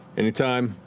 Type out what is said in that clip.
anytime,